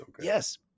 yes